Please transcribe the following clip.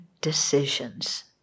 decisions